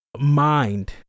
mind